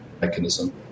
mechanism